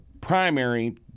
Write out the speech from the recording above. primary